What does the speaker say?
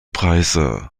preise